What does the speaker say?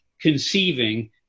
conceiving